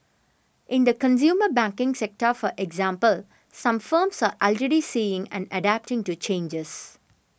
in the consumer banking sector for example some firms are already seeing and adapting to changes